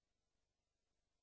אקוניס,